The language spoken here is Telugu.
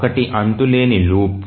ఒకటి అంతులేని లూప్